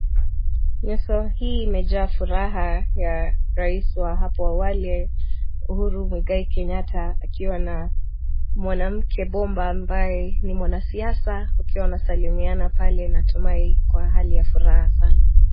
Nyuso hii imejaa furaha ya rais wa hapo awali Uhuru Mwigai Kenyatta akiwa na mwanamke bomba ambaye ni mwanasiasa wakiwa wanasalimiana pale natumai kwa hali ya furaha sana.